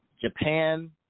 Japan